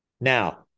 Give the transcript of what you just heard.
Now